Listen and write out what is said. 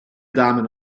damen